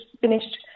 finished